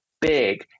big